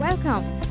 Welcome